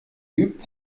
geübt